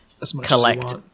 collect